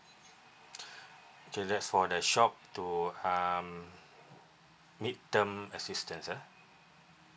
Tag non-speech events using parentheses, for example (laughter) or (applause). (breath) okay that's for the short to um mid term assistance ah